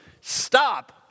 Stop